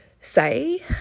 say